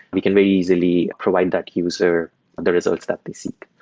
we can very easily provide that user the results that they seek.